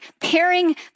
pairing